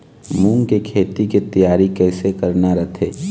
मूंग के खेती के तियारी कइसे करना रथे?